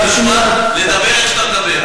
לדבר איך שאתה מדבר.